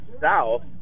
south